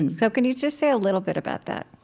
and so can you just say a little bit about that?